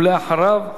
ואחריו,